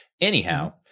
Anyhow